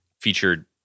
featured